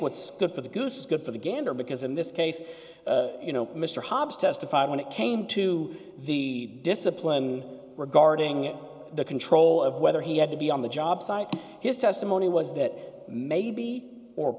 what's good for the goose is good for the gander because in this case you know mr hobbs testified when it came to the discipline regarding the control of whether he had to be on the job site his testimony was that maybe or